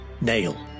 nail